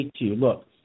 Look